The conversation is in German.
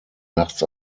nachts